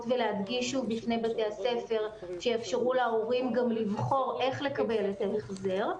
ולהדגיש בפני בתי הספר שיאפשרו להורים גם לבחור איך לקבל את ההחזר.